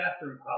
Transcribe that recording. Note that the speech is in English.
bathroom